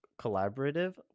collaborative